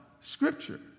Scripture